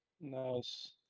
nice